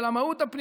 אל המהות הפנימית,